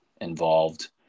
involved